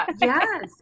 yes